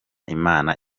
imana